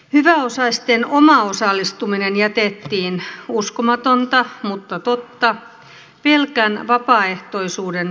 hyväosaisten oma osallistuminen jätettiin uskomatonta mutta totta pelkän vapaaehtoisuuden varaan